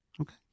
Okay